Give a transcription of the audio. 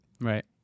right